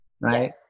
right